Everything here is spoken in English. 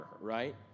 right